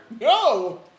No